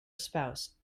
spouse